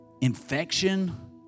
infection